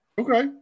Okay